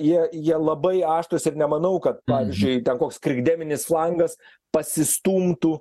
jie jie labai aštrūs ir nemanau kad pavyzdžiui ten koks krikdeminis flangas pasistumtų